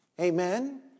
Amen